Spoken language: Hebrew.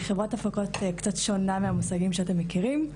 חברת הפקות קצת שונה מהמושגים שאתם מכירים.